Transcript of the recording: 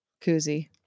koozie